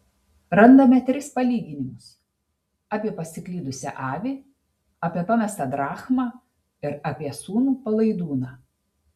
randame tris palyginimus apie pasiklydusią avį apie pamestą drachmą ir apie sūnų palaidūną